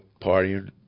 partying